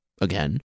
again